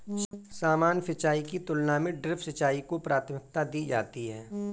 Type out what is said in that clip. सामान्य सिंचाई की तुलना में ड्रिप सिंचाई को प्राथमिकता दी जाती है